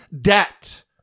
debt